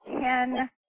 ten